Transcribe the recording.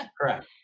Correct